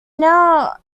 now